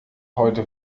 heute